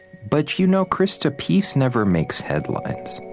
but you know, krista, peace never makes headlines